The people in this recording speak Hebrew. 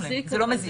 זה לא מזיק.